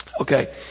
Okay